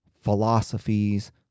philosophies